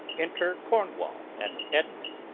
enter cornwall and edmund.